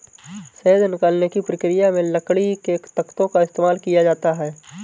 शहद निकालने की प्रक्रिया में लकड़ी के तख्तों का इस्तेमाल किया जाता है